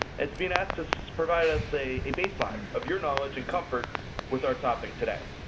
it's being asked to so provide us a a baseline of your knowledge and comfort with our topic today.